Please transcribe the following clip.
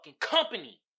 company